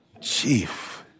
chief